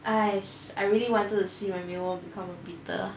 !hais! I really wanted to see my mealworm become a biter